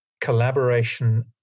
collaboration